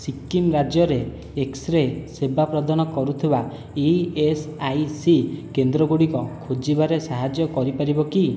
ସିକିମ୍ ରାଜ୍ୟରେ X ray ସେବା ପ୍ରଦାନ କରୁଥିବା ଇ ଏସ୍ ଆଇ ସି କେନ୍ଦ୍ରଗୁଡ଼ିକ ଖୋଜିବାରେ ସାହାଯ୍ୟ କରିପାରିବ କି